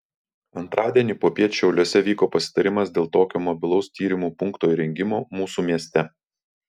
antradienį popiet šiauliuose vyko pasitarimas dėl tokio mobilaus tyrimų punkto įrengimo mūsų mieste